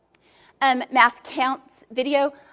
um math counts video.